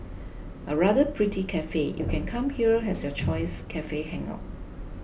a rather pretty cafe you can come here as your choice cafe hangout